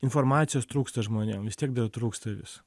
informacijos trūksta žmonėm vis tiek dar trūksta vis